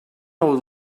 old